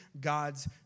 God's